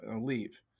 leave